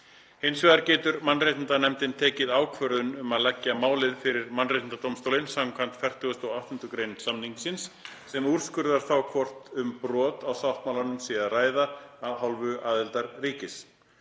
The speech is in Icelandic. Hins vegar getur mannréttindanefndin tekið ákvörðun um að leggja málið fyrir mannréttindadómstólinn skv. 48. gr. samningsins sem úrskurðar þá hvort um brot á sáttmálanum sé að ræða af hálfu aðildarríkis.